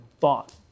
thought